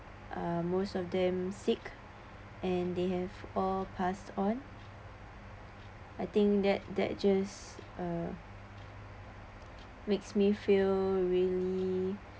um most of them sick and they have all pass on I think that that just uh makes me feel really